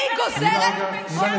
אני גוזרת, אז גבר יכול, ואישה לא יכולה?